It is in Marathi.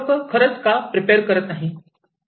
लोकं खरंच का प्रिप्रेशन करत नाही